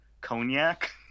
cognac